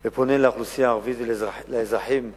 ופונה לאוכלוסייה הערבית, לאזרחים הערבים,